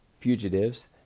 fugitives